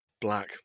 Black